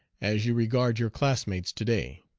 as you regard your classmates to-day.